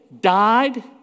died